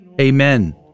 Amen